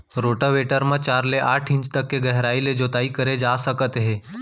rotavator म चार ले आठ इंच तक के गहराई ले जोताई करे जा सकत हे